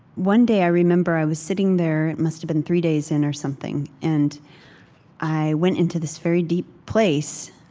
one day, i remember i was sitting there. it must have been three days in or something, and i went into this very deep place.